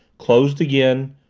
closed again,